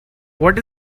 what